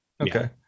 Okay